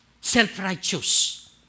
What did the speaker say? Self-righteous